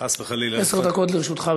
עשר דקות לרשותך.